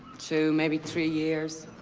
two, maybe three years.